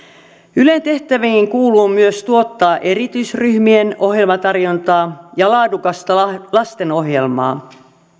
ylen tehtäviin kuuluu myös tuottaa erityisryhmien ohjelmatarjontaa ja laadukasta lastenohjelmaa